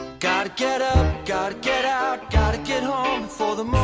gotta get up. gotta get out. gotta get home before the